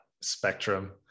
spectrum